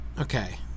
Okay